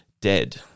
dead